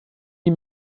die